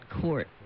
court